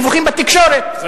דיווחים בתקשורת,